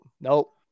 Nope